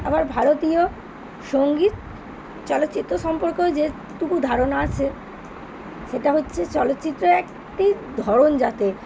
আমার ভারতীয় সঙ্গীত চলচ্চিত্র সম্পর্কে যেটুকু ধারণা আছে সেটা হচ্ছে চলচ্চিত্র একটি ধরন যাতে